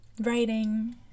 writing